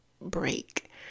break